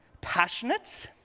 passionate